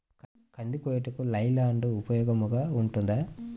కంది కోయుటకు లై ల్యాండ్ ఉపయోగముగా ఉంటుందా?